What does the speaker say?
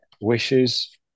wishes